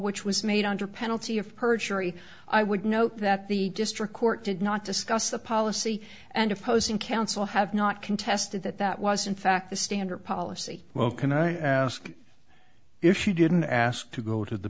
which was made under penalty of perjury i would note that the district court did not discuss the policy and opposing counsel have not contested that that was in fact the standard policy well can i ask if she didn't ask to go to the